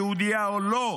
יהודייה או לא,